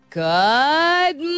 good